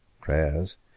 prayers